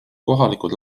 kohalikud